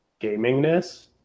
gamingness